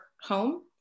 home